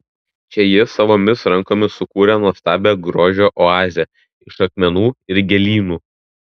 čia ji savomis rankomis sukūrė nuostabią grožio oazę iš akmenų ir gėlynų